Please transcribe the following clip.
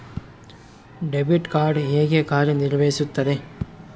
Debit card ಹೇಗೆ ಕಾರ್ಯನಿರ್ವಹಿಸುತ್ತದೆ?